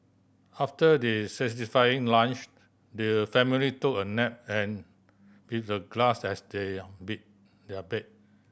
after they satisfying lunch their family took a nap and with the grass as they their bed